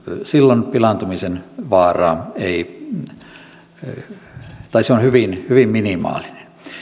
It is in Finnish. silloin pilaantumisen vaaraa ei ole tai se on hyvin hyvin minimaalinen